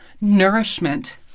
nourishment